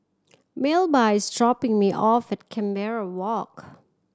Melba is dropping me off at Canberra Walk